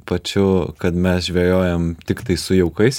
pačiu kad mes žvejojam tiktai su jaukais